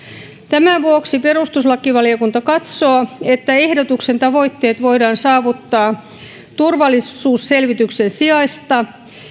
tämän vuoksi perustuslakivaliokunta katsoo että ehdotuksen tavoitteet voidaan saavuttaa turvallisuusselvityksen sijasta